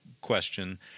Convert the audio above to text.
question